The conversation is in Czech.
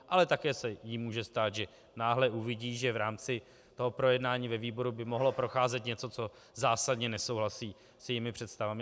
Ale také se jí může stát, že náhle uvidí, že v rámci projednání ve výboru by mohlo procházet něco, co zásadně nesouhlasí s jejími představami.